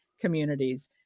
communities